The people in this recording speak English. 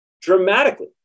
dramatically